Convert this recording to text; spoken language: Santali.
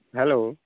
ᱦᱮᱞᱳ